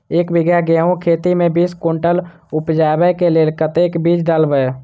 एक बीघा गेंहूँ खेती मे बीस कुनटल उपजाबै केँ लेल कतेक बीज डालबै?